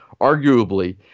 arguably